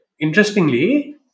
interestingly